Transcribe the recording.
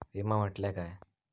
विमा म्हटल्या काय?